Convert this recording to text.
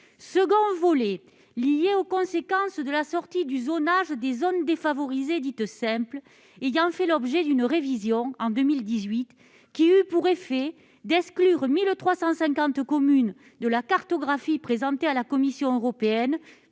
second volet est lié aux conséquences de la sortie du zonage des zones défavorisées dites « simples ». Ce zonage a fait l'objet d'une révision en 2018. Celle-ci a eu pour effet d'exclure 1 350 communes de la cartographie, laquelle fut présenté à la Commission européenne